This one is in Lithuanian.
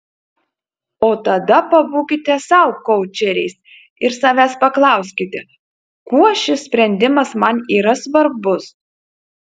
o tada pabūkite sau koučeriais ir savęs paklauskite kuo šis sprendimas man yra svarbus